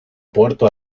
puerto